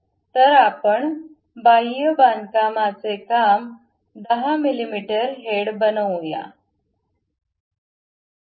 तर आपण बाह्य बांधकामाचे काम 10 मिमी हेड बनवूया